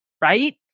right